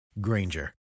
Granger